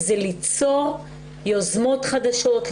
זה ליצור יוזמות חדשות.